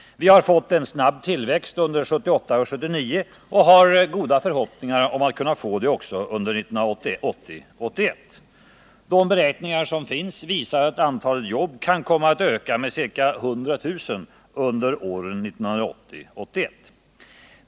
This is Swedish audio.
Vi har fått en snabb tillväxt under 1978 och 1979 och har goda förhoppningar om att kunna få det också under 1980 och 1981. De beräkningar som finns visar att antalet arbeten kan komma att öka med ca 100 000 under åren 1980-1981.